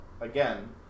again